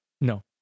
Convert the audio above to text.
no